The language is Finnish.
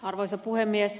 arvoisa puhemies